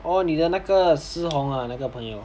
orh 你的那个 shi hong ah 那个朋友